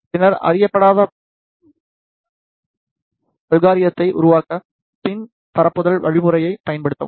பின்னர் அறியப்படாத பட அல்காரித்ததை உருவாக்க பின் பரப்புதல் வழிமுறையைப் பயன்படுத்தவும்